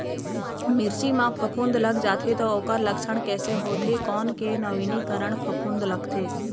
मिर्ची मा फफूंद लग जाथे ता ओकर लक्षण कैसे होथे, कोन के नवीनीकरण फफूंद लगथे?